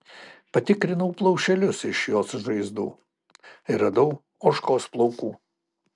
patikrinau plaušelius iš jos žaizdų ir radau ožkos plaukų